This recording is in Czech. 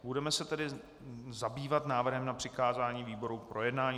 Budeme se tedy zabývat návrhem na přikázání výborům k projednání.